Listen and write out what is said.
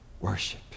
Worship